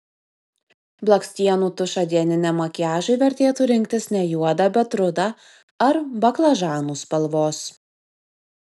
blakstienų tušą dieniniam makiažui vertėtų rinktis ne juodą bet rudą ar baklažanų spalvos